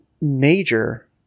major